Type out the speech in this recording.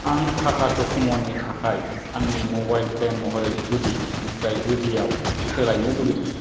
आं टाटा डकम'नि थाखाय आंनि मबाइल प्लेन महरै गुदिनिफ्राय गुदियाव सोलायनो लुबैदों